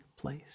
place